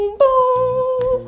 boom